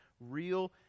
real